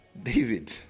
david